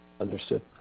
Understood